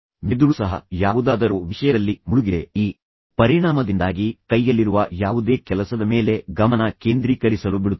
ಮೆದುಳು ಸಹ ಯಾವುದಾದರೊ ವಿಷಯದಲ್ಲಿ ಮುಳುಗಿದೆ ಈ ಪರಿಣಾಮದಿಂದಾಗಿ ಕೈಯಲ್ಲಿರುವ ಯಾವುದೇ ಕೆಲಸದ ಮೇಲೆ ಗಮನ ಕೇಂದ್ರೀಕರಿಸಲು ಬಿಡುತ್ತಿಲ್ಲ